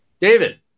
David